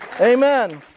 amen